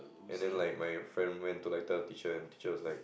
and then like my friend went to like tell teacher and teacher was like